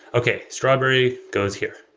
okay, strawberry goes here,